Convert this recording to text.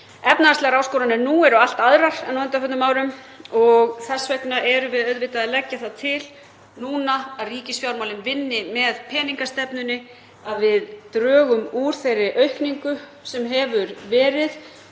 efnahagslegar áskoranir nú eru allt aðrar en á undanförnum árum og þess vegna erum við auðvitað að leggja það til núna að ríkisfjármálin vinni með peningastefnunni, að við drögum úr þeirri aukningu sem hefur verið